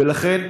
ולכן,